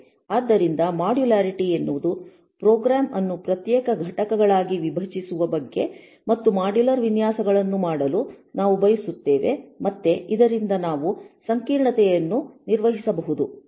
ಆದ್ದರಿಂದ ಮಾಡ್ಯುಲ್ಯಾರಿಟಿ ಎನ್ನುವುದು ಪ್ರೋಗ್ರಾಂ ಅನ್ನು ಪ್ರತ್ಯೇಕ ಘಟಕಗಳಾಗಿ ವಿಭಜಿಸುವ ಬಗ್ಗೆ ಮತ್ತು ಮಾಡ್ಯುಲರ್ ವಿನ್ಯಾಸಗಳನ್ನು ಮಾಡಲು ನಾವು ಬಯಸುತ್ತೇವೆ ಮತ್ತೆ ಇದರಿಂದ ನಾವು ಸಂಕೀರ್ಣತೆಯನ್ನು ನಿರ್ವಹಿಸಬಹುದು